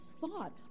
thought